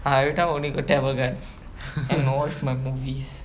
ah everytime only got tamil guide and watch my movies